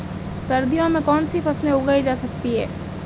सर्दियों में कौनसी फसलें उगाई जा सकती हैं?